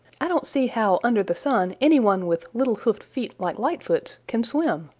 i don't see how under the sun any one with little hoofed feet like lightfoot's can swim,